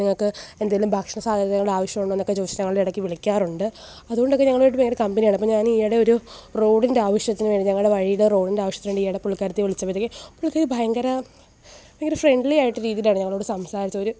എന്താ നിങ്ങൾക്ക് എന്തേലും ഭക്ഷണ സാധനങ്ങൾ ആവശ്യമുണ്ടോന്നൊക്കെ ചോദിച്ചിട്ട് ഞങ്ങളിടയ്ക്ക് വിളിക്കാറുണ്ട് അതോണ്ടൊക്കെ ഞങ്ങളുമായിട്ട് ഭയങ്കര കമ്പനിയാണപ്പം ഞാനീയിടെയൊരു റോഡിൻറ്റെ ആവശ്യത്തിന് വേണ്ടി ഞങ്ങളുടെ വഴീടെ റോഡിൻ്റെ ആവശ്യത്തിന് വേണ്ടി ഈയിടെ പുള്ളിക്കാരത്തിയെ വിളിച്ചപ്പോഴത്തേക്കും പുള്ളിക്കാരത്തി ഭയങ്കര ഭയങ്കര ഫ്രണ്ട്ലിയായിട്ട് രീതീലാണ് ഞങ്ങളോട് സംസാരിച്ച ഒരു